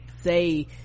say